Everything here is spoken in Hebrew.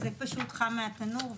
וזה פשוט חם מהתנור,